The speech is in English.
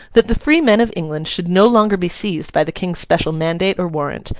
that the free men of england should no longer be seized by the king's special mandate or warrant,